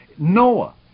Noah